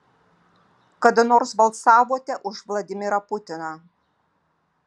kada nors balsavote už vladimirą putiną